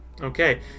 Okay